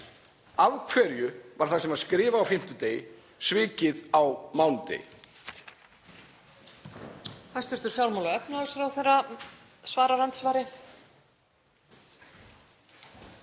Af hverju var það sem skrifað var á fimmtudegi svikið á mánudegi?